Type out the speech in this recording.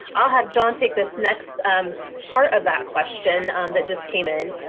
i'll have john take this next um part of that question that just came in.